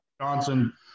Johnson